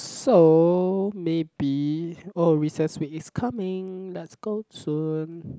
so maybe oh recess week is coming let's go soon